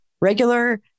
regular